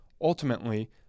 Ultimately